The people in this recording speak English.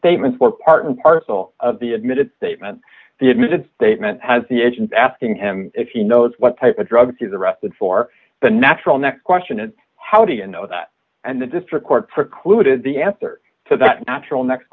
statements were part and parcel of the admitted statement the admitted statement has the agent asking him if he knows what type of drug he's arrested for the natural next question is how do you know that and the district court precluded the answer to that natural next